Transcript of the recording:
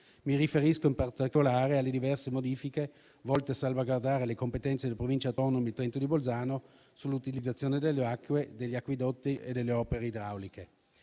Mi riferisco in particolare alle diverse modifiche volte a salvaguardare le competenze delle Province autonome di Trento e Bolzano sull'utilizzazione delle acque degli acquedotti e delle opere idrauliche.